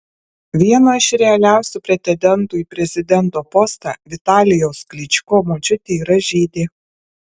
vieno iš realiausių pretendentų į prezidento postą vitalijaus klyčko močiutė yra žydė